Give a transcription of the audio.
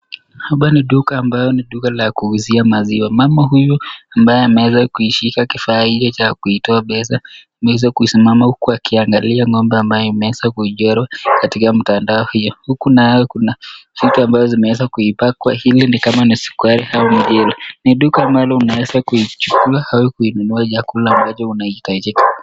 Hapa ni duka ambayo ni duka la kuuzia maziwa, mama huyu ambaye ameweza kuishika kifaa hiki cha kuitoa pesa ameweza kusimama huku akiangalia ng'ombe ambayo imeweza kuichora katika mtandao hiyo, huku naye kuna vitu ambayo zimeweza kuipaka ili ni kama ni sukari au mbiu, ni duka ambalo unaweza kuichukua au kuinunua chakula ambacho unahitajika.